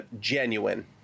genuine